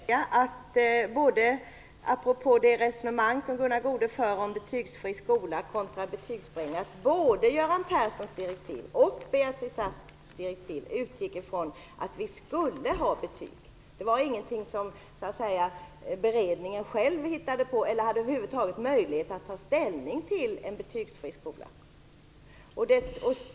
Herr talman! Gunnar Goude för ett resonemang om en betygsfri skola kontra en skola med betyg. Jag vill bara tillägga att både Göran Perssons och Beatrice Asks direktiv utgick från att det skulle finnas betyg. Det var inte något som beredningen själv hittade på. Den hade över huvud taget inte möjlighet att ta ställning till en betygsfri skola.